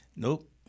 Nope